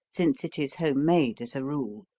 since it is homemade as a rule.